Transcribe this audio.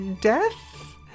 death